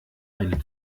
eine